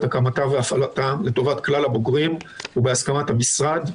הקמתה והפעלתה לטובת כלל הבוגרים בהסכמת המשרד,